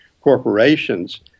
corporations